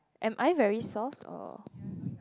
am I very soft or